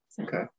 okay